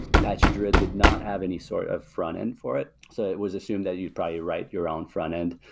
apache druid did not have any sort of front-end for it. so it was assumed that you'd probably write your own front-end.